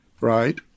right